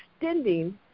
extending